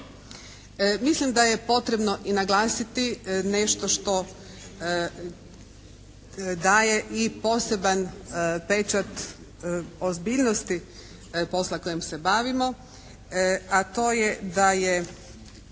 Mislim da je potrebno i naglasiti nešto što daje i poseban pečat ozbiljnosti posla kojim se bavimo, a to je da je